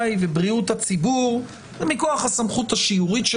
לאזרח: זה ההסדר.